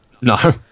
No